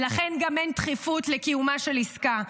ולכן גם אין דחיפות לקיומה של עסקה.